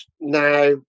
now